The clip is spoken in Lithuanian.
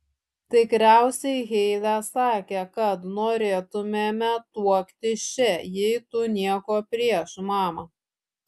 tikriausiai heile sakė kad norėtumėme tuoktis čia jei tu nieko prieš mama